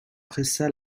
pressa